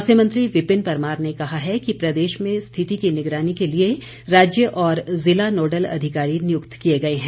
स्वास्थ्य मंत्री विपिन परमार ने कहा है कि प्रदेश में स्थिति की निगरानी के लिए राज्य और जिला नोडल अधिकारी नियुक्त किए गए हैं